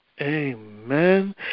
Amen